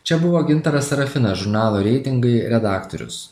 čia buvo gintaras sarafinas žurnalo reitingai redaktorius